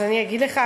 אז אני אגיד לך.